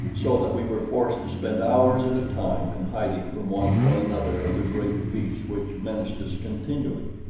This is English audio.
so that we were forced to spend hours at a time in hiding from one or another of the great beasts which menaced us continually.